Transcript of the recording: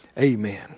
amen